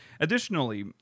Additionally